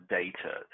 data